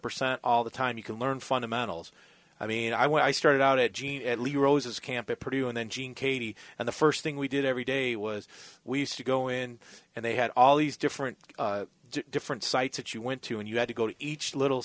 percent all the time you can learn fundamentals i mean i when i started out at gene camp it pretty and then gene katie and the first thing we did every day was we used to go in and they had all these different different sites that you went to and you had to go to each little